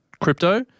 crypto